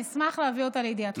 אני אשמח להביא אותה לידיעתך.